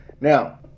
Now